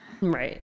Right